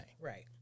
Right